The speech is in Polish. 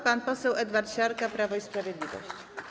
Pan poseł Edward Siarka, Prawo i Sprawiedliwość.